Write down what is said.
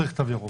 צריך תו ירוק.